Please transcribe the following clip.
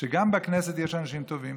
שגם בכנסת יש אנשים טובים,